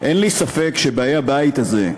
אין לי ספק שבאי הבית הזה,